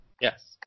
Yes